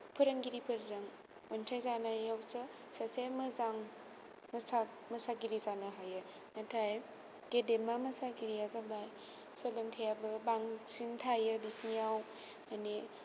फोरोंगिरिफोरजों मोन्थिजानायावसो सासे मोजां मोसागिरि जानो हायो नाथाय गेदेमा मोसागिरिया जाबाय सोलोंथाइयाबो बांसिन थायो बिसोरनियाव माने